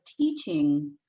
teaching